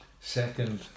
second